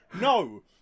no